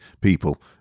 people